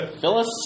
Phyllis